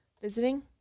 Visiting